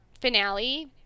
finale